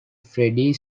freddie